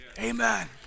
amen